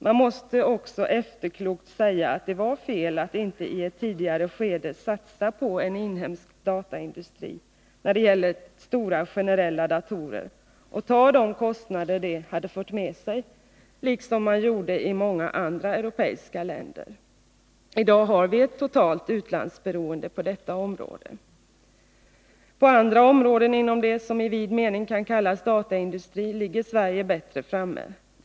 Man måste också efterklokt säga att det i fråga om stora generella datorer var fel att inte i ett tidigare skede satsa på en inhemsk dataindustri och ta de kostnader det hade fört med sig, vilket man ju gjorde i många andra europeiska länder. I dag har vi ett totalt utlandsberoende på detta område. På andra områden inom det som i vid mening kan kallas dataindustri ligger Sverige bättre framme.